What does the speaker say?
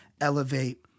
elevate